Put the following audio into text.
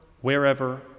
wherever